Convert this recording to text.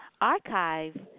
Archive